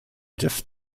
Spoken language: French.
jeff